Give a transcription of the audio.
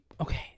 okay